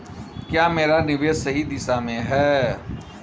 क्या मेरा निवेश सही दिशा में है?